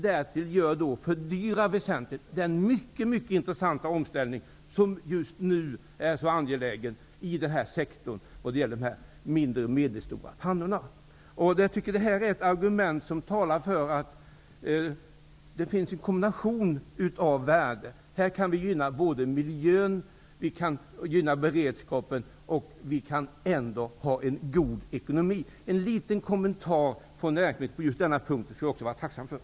Därmed har den mycket intressanta omställningen när det gäller de mindre och medelstora pannorna, som nu är så angelägen, fördyrats. Detta är ett argument som talar för att det här finns en kombination av värde, där både miljön och beredskapen gynnas, samtidigt som man får en god ekonomi. Jag skulle vara tacksam för en liten kommentar just på denna punkt.